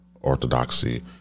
orthodoxy